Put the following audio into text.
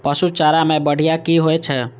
पशु चारा मैं बढ़िया की होय छै?